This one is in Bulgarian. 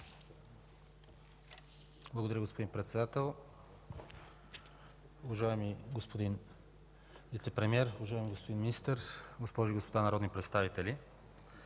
Благодаря, господин Председателстващ. Уважаеми господа Вицепремиери, господин Министър, госпожи и господа народни представители,